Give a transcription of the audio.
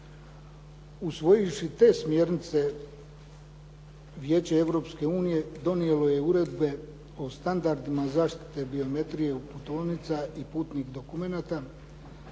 Usvojivši te smjernice Vijeće Europske unije donijelo je uredbe o standardima zaštite biometrije putovnica i putnih dokumenata